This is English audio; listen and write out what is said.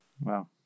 Wow